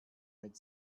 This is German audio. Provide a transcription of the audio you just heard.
mit